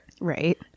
Right